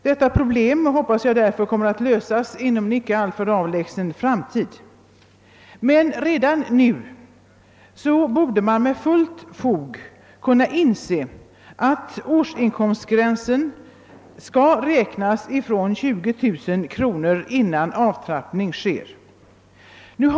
Jag hoppas därför att detta problem kommer att lösas inom en inte alltför avlägsen framtid. Redan nu borde man emellertid inse att en avtrappning av bostadstilläggen bör inträda först vid en faktisk årsinkomst av 20000 kronor.